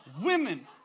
Women